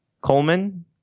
Coleman